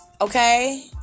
okay